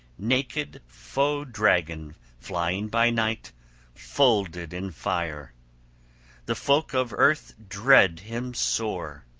naked foe-dragon flying by night folded in fire the folk of earth dread him sore.